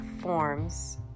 forms